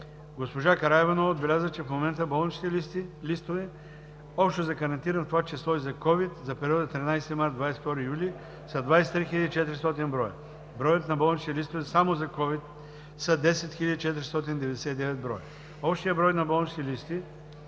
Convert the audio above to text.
Госпожа Караиванова отбеляза, че в момента болничните листове общо за карантина, в това число и за COVID за периода 13 март – 22 юли са 23 400 броя. Броят на болничните листове само за COVID е 10 499. Общият брой на болничните